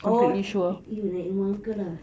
or you naik rumah uncle ah